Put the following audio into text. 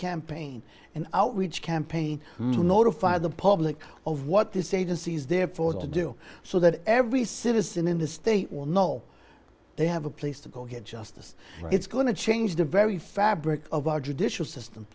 campaign and outreach campaign to notify the public of what this agency is there for to do so that every citizen in the state will know they have a place to go get justice it's going to change the very fabric of our judicial system